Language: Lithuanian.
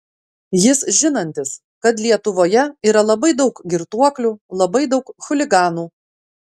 jis žinantis kad lietuvoje yra labai daug girtuoklių labai daug chuliganų